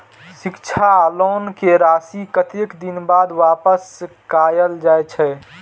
शिक्षा लोन के राशी कतेक दिन बाद वापस कायल जाय छै?